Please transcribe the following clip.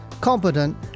competent